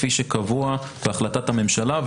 כפי שקבוע בהחלטת הממשלה,